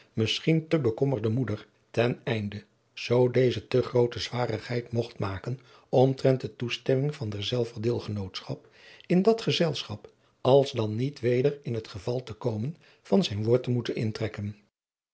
misschien te bekommerde moeder ten einde zoo deze te groote zwarigheid mogt maken omtrent de toestemming van derzelver deelgenootschap in dat gezelschap alsdan niet weder in het geval te komen van zijn woord te moeten intrekken